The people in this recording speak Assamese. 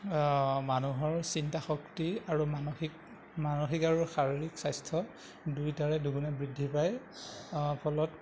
মানুহৰ চিন্তা শক্তি আৰু মানসিক মানসিক আৰু শাৰীৰিক স্বাস্থ্য দুয়োটাৰে দুগুণে বৃদ্ধি পায় ফলত